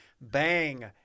bang